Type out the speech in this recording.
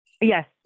Yes